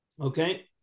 Okay